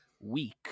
week